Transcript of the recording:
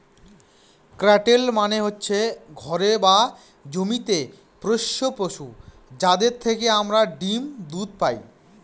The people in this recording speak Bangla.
ক্যাটেল মানে হচ্ছে ঘরে বা জমিতে পোষ্য পশু, যাদের থেকে আমরা ডিম দুধ পায়